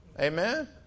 Amen